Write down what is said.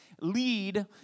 lead